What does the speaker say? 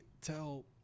tell